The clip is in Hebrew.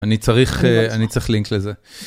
אני צריך אני צריך לינק לזה.